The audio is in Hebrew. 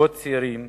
וזוגות צעירים